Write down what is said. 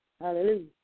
Hallelujah